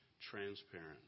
transparent